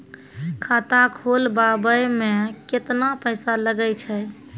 खाता खोलबाबय मे केतना पैसा लगे छै?